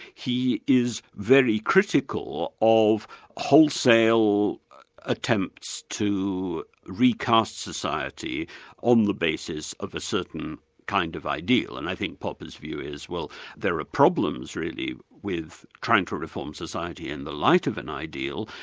he is very critical of wholesale attempts to re-cast society on the basis of a certain kind of ideal, and i think popper's view is well there are problems really with trying to reform society in the light of an ideal,